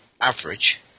average